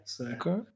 Okay